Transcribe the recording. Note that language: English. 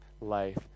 life